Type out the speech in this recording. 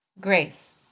Grace